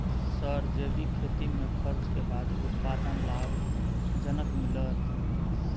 Sir जैविक खेती में खर्च के बाद उत्पादन लाभ जनक मिलत?